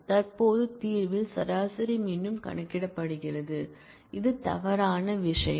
தற்போதைய தீர்வில் சராசரி மீண்டும் கணக்கிடப்படுகிறது இது தவறான விஷயம்